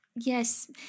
Yes